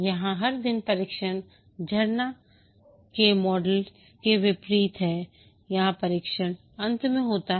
यहां हर दिन परीक्षण झरना के मॉडल के विपरीत होता है जहां परीक्षण अंत में होता है